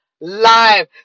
Live